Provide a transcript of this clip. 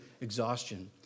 exhaustion